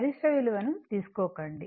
గరిష్ట విలువను తీసుకోకండి